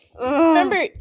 remember